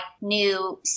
new